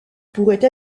pourraient